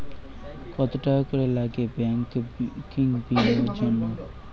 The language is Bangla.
কত টাকা করে লাগে ব্যাঙ্কিং বিমার জন্য?